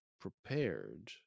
prepared